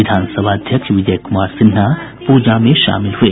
विधानसभा अध्यक्ष विजय कुमार सिन्हा पूजा में शामिल हुए